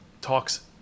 talks